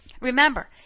Remember